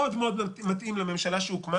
מאוד מתאים לממשלה שהוקמה